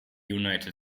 united